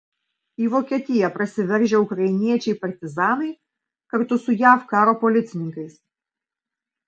į vokietiją prasiveržę ukrainiečiai partizanai kartu su jav karo policininkais